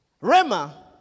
Rema